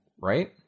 right